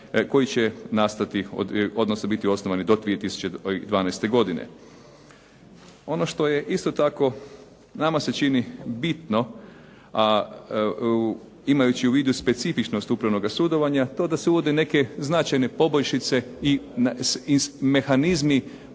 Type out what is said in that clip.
koji će biti osnovani do 2012. godine. Ono što je isto tako nama se čini bitno, a imajući u vidu specifičnosti upravnog sudovanja, to da se uvode neke značajne poboljšice i mehanizmi